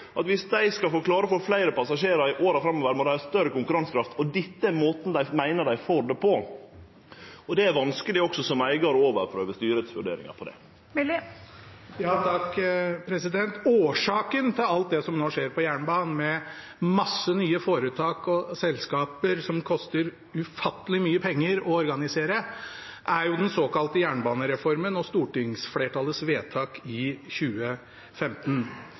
at om dei skal klare å få fleire passasjerar i åra framover, må dei ha større konkurransekraft, og dette er måten dei meiner dei får det på. Det er vanskeleg også som eigar å overprøve styret si vurdering av det. Det blir oppfølgingsspørsmål – først Sverre Myrli. Årsaken til alt det som nå skjer på jernbanen, med mange nye foretak og selskaper, som koster ufattelig mye penger å organisere, er jo den såkalte jernbanereformen og stortingsflertallets vedtak i 2015.